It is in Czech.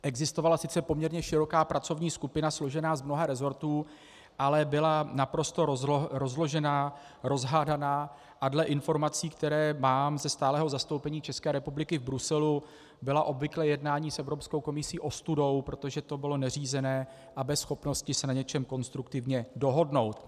Existovala sice poměrně široká pracovní skupina složená z mnoha resortů, ale byla naprosto rozložená, rozhádaná a dle informací, které mám ze stálého zastoupení České republiky v Bruselu, byla obvykle jednání s Evropskou komisí ostudou, protože to bylo neřízené a bez schopnosti se na něčem konstruktivně dohodnout.